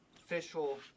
official